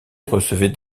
recevaient